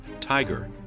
TIGER